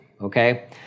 okay